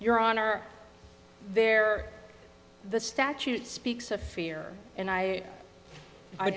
your honor there the statute speaks of fear and i i